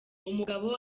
umugabo